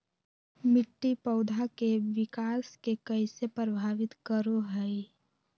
मिट्टी पौधा के विकास के कइसे प्रभावित करो हइ?